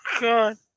God